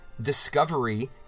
discovery